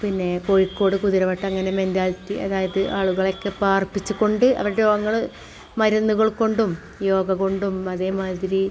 പിന്നെ കോഴിക്കോട് കുതിരവട്ടം അങ്ങനെ മെൻറാലിറ്റി അതായത് ആളുകളെ ഒക്കെ പാർപ്പിച്ച് കൊണ്ട് അവരെ രോഗങ്ങൾ മരുന്നുകൾ കൊണ്ടും യോഗ കൊണ്ടും അതേമാതിരി